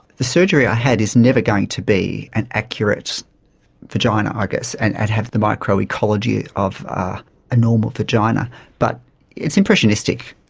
the surgery i had is never going to be an accurate vagina, i guess, and it had the micro-ecology of a normal vagina but it's impressionistic.